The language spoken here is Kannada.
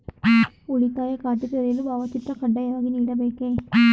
ಉಳಿತಾಯ ಖಾತೆ ತೆರೆಯಲು ಭಾವಚಿತ್ರ ಕಡ್ಡಾಯವಾಗಿ ನೀಡಬೇಕೇ?